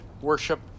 worship